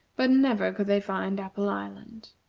but never could they find apple island.